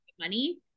money